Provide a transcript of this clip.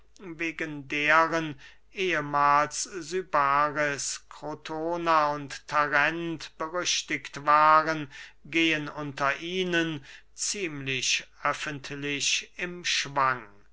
wegen deren ehemahls sybaris krotona und tarent berüchtigt waren gehen unter ihnen ziemlich öffentlich im schwang